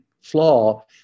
flaw